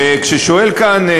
וכששואל כאן,